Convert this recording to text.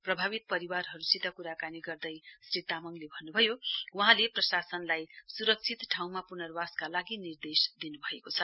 प्रभावित परिवारहरुसित कुराकानी गर्दै श्री तामङले भन्नुभयो वहाँले प्रशासनलाई सुरक्षित ठाउँमा पुर्नावसका लागि निर्देश दिनुभएको छ